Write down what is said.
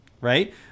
right